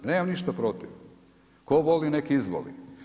Nemam ništa protiv, tko voli nek izvoli.